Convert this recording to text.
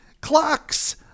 clocks